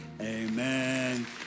amen